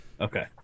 Okay